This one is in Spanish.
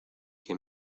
que